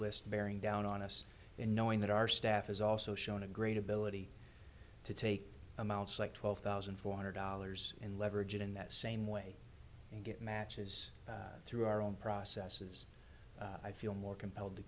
list bearing down on us and knowing that our staff is also shown a great ability to take amounts like twelve thousand four hundred dollars and leverage it in that same way and get matches through our own processes i feel more compelled to